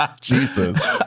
Jesus